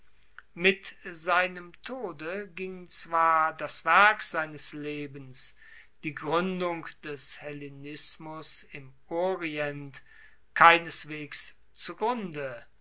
mit seinem tode ging zwar das werk seines lebens die gruendung des hellenismus im orient keineswegs zugrunde